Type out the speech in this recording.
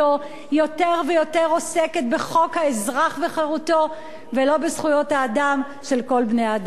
יותר ויותר עוסקת בחוק האזרח וחירותו ולא בזכויות האדם של כל בני האדם.